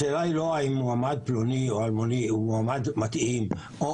השאלה היא לא האם מועמד פלוני או אלמוני הוא מועמד מתאים או